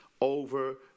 over